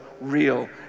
real